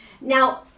Now